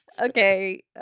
Okay